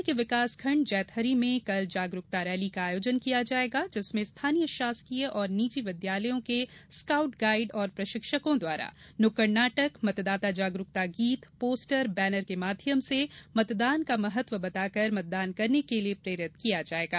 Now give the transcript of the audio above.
जिले के विकास खण्ड जैतहरी में कल जागरूकता रैली का आयोजन किया जायेगा जिसमें स्थानीय शासकीय और निजी विद्यालयों के स्काउट गाइड और प्रशिक्षकों द्वारा नुक्कड़ नाटक मतदाता जागरूकता गीत पोस्टर बैनर के माध्यम से मतदान का महत्व बताकर मतदान करने के लिये प्रेरित किया जायेगा